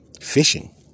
fishing